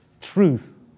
truth